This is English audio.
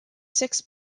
six